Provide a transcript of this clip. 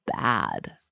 bad